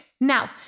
now